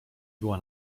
była